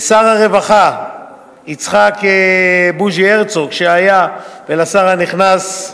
לשר הרווחה לשעבר יצחק בוז'י הרצוג, ולשר הנכנס,